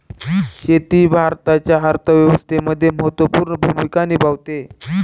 शेती भारताच्या अर्थव्यवस्थेमध्ये महत्त्वपूर्ण भूमिका निभावते